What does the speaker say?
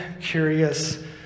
curious